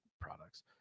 products